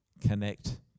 connect